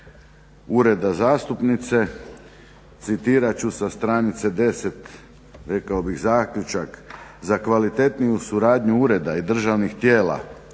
ureda zastupnice, citirat ću sa stranice 10 rekao bih zaključak: "Za kvalitetniju suradnju ureda i državnih tijela